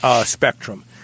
spectrum